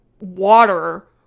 water